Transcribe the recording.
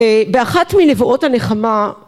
באחת מנבואות הנחמה